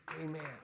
Amen